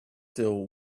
till